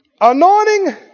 Anointing